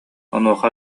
онуоха